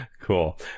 Cool